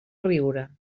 riure